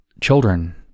children